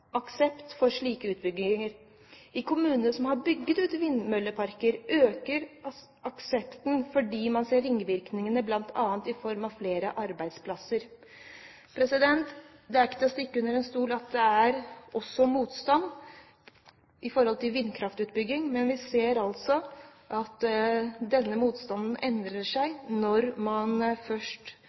aksept for slik utbygging. I kommunene som har bygget ut vindmølleparker øker aksepten fordi man ser ringvirkningene blant annet i form av flere arbeidsplasser.» Det er ikke til å stikke under stol at det også er motstand mot vindkraftutbygging, men vi ser altså at denne motstanden endrer seg når man først